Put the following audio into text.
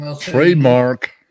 trademark